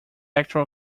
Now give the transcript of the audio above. actual